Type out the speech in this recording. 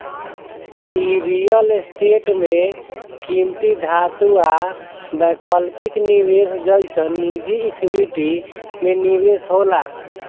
इ real estate में किमती धातु आ वैकल्पिक निवेश जइसन निजी इक्विटी में निवेश होला